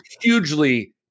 hugely